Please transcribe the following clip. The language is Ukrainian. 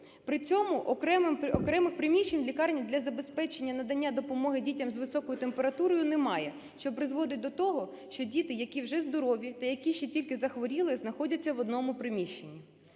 При цьому окремих приміщень у лікарні для забезпечення надання допомоги дітям з високою температурою немає, що призводить до того, що діти, які вже здорові та які ще тільки захворіли, знаходяться в одному приміщенні.